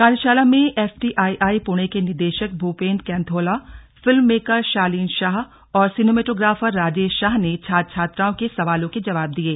कार्यशाला में एफटीआईआई प्रणे के निदेशक भूपेन्द्र केँथोला फिल्म मेकर शालीन शाह और सिनेमैटोग्राफर राजेश शाह ने छात्र छात्राओं के सवालों के जवाब दिये